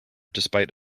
despite